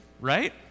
right